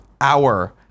hour